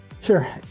Sure